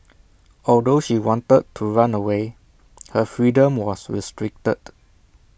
although she wanted to run away her freedom was restricted